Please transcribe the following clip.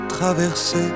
traverser